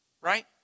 right